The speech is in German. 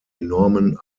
enormen